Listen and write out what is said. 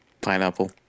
Pineapple